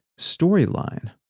storyline